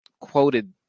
quoted –